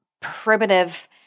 primitive